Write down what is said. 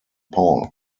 paul